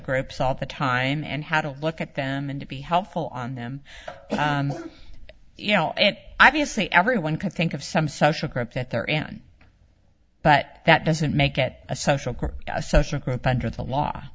groups all the time and how to look at them and to be helpful on them you know and obviously everyone can think of some social group that they're an but that doesn't make it a social court a social group under the law